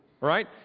right